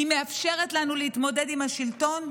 היא מאפשרת לנו להתמודד עם השלטון,